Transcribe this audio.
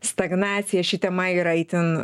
stagnaciją ši tema yra itin